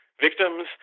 victims